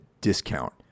discount